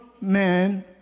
man